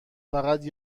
فقط